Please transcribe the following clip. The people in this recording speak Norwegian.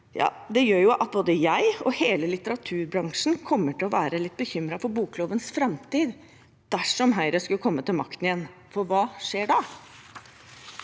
ja, det gjør at både jeg og hele litteraturbransjen kommer til å være litt bekymret for boklovens framtid dersom Høyre skulle komme til makten igjen. For hva skjer da?